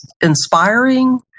inspiring